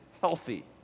healthy